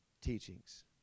teachings